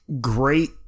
great